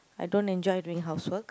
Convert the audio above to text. I don't enjoy doing housework